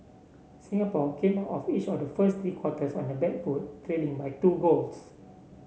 Singapore came out of each of the first three quarters on the back foot trailing by two goals